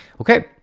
Okay